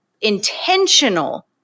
intentional